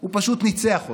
הוא פשוט ניצח אותה.